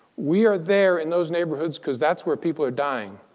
we are there in those neighborhoods because that's where people are dying.